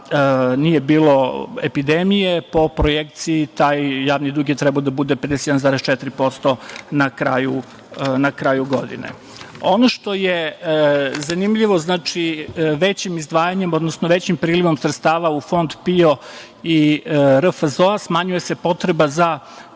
nije bilo epidemije, po projekciji, taj javni dug je trebao da bude 51,4% na kraju godine. Ono što je zanimljivo, većim prilivom sredstava u Fond PIO i RFZO-a, smanjuje se potreba za